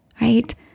right